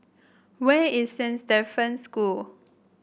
where is Saint Stephen School